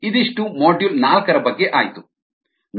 ಇದಿಷ್ಟು ಮಾಡ್ಯೂಲ್ ನಾಲ್ಕರ ಬಗ್ಗೆ ಆಯಿತು